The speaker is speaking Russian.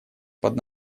под